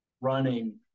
running